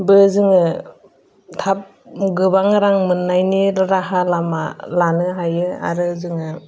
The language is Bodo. बो जोङो थाब गोबां रां मोननायनि राहा लामा लानो हायो आरो जोङो